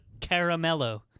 caramello